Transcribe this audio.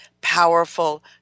powerful